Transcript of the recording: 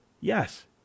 yes